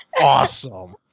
awesome